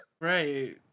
right